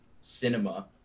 cinema